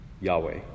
Yahweh